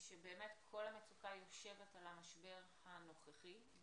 כל המצוקה יושבת על המשבר הנוכחי,